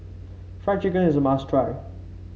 Fried Chicken is must try